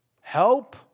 help